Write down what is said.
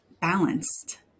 balanced